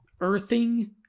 earthing